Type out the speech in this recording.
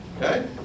okay